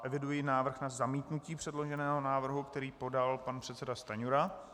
Eviduji návrh na zamítnutí předloženého návrhu, který podal pan předseda Stanjura.